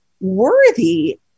worthy